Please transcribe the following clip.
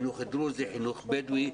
חינוך דרוזי וחינוך בדואי.